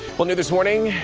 but new this morning,